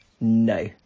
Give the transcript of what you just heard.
No